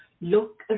look